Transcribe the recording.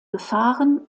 gefahren